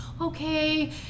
okay